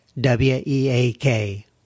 W-E-A-K